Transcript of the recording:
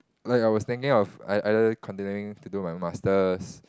like I was thinking of ei~ either continuing to do my masters